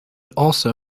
also